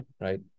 right